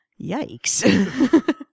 Yikes